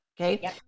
Okay